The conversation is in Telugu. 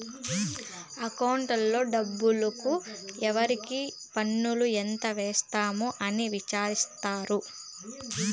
అకౌంట్లో డబ్బుకు ఎవరికి పన్నులు ఎంత వేసాము అని విచారిత్తారు